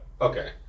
Okay